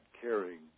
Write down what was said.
caring